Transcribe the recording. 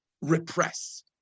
repress